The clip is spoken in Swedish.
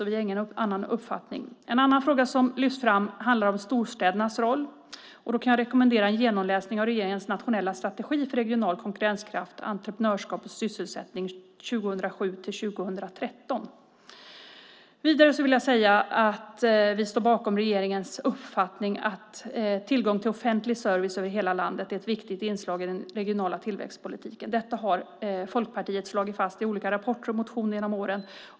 Vi har ingen annan uppfattning. En annan fråga som lyfts fram handlar om storstädernas roll. Jag kan rekommendera en genomläsning av regeringens nationella strategi för regional konkurrenskraft, entreprenörskap och sysselsättning 2007-2013. Vi står bakom regeringens uppfattning att tillgång till offentlig service över hela landet är ett viktigt inslag i den regionala tillväxtpolitiken. Detta har Folkpartiet slagit fast i olika rapporter och motioner genom åren.